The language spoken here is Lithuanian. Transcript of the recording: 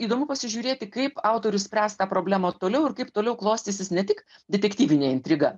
įdomu pasižiūrėti kaip autorius spręs tą problemą toliau ir kaip toliau klostysis ne tik detektyvinė intriga